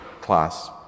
class